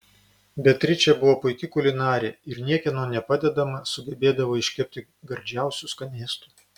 beatričė buvo puiki kulinarė ir niekieno nepadedama sugebėdavo iškepti gardžiausių skanėstų